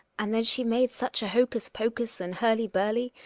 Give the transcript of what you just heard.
and then she made such a hocus-pocus and hurly-burly,